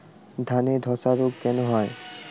ধানে ধসা রোগ কেন হয়?